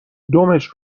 دمش